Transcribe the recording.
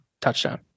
touchdown